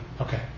Okay